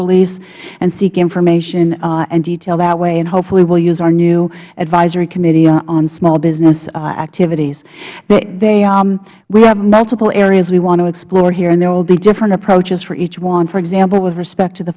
release and seek information and detail that way and hopefully we will use our new advisory committee on small business activities we have multiple areas we want to explore here and there will be different approaches for each one for example with respect to the